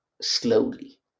slowly